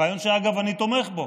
רעיון שאגב אני תומך בו,